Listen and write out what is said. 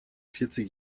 vierzig